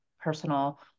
personal